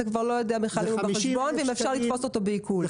אתה כבר לא יודע אם הוא בחשבון ואם אפשר לגבות אותו בעיקול.